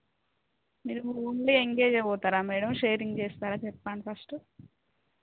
మీరు ఉండే ఎంగేజే పోతారా షేరింగ్ చేస్తారా చెప్పండి ఫస్టు